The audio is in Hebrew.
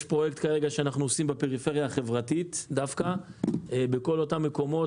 יש כרגע פרויקט שאנחנו עושים בפריפריה החברתית דווקא בכל אותם מקומות,